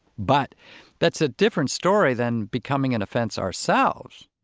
but that's a different story than becoming an offense ourselves